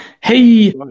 Hey